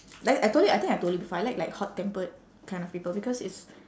like I told you I think I told you before I like like hot tempered kind of people because it's